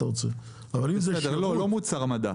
אני לא מדבר על מוצר מדף.